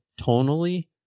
tonally